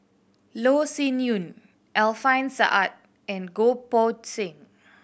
Loh Sin Yun Alfian Sa'at and Goh Poh Seng